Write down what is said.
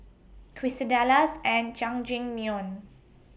Quesadillas and Jajangmyeon